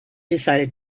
decided